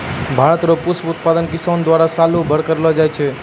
भारत रो पुष्प उत्पादन किसान द्वारा सालो भरी करलो जाय छै